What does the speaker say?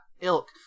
ilk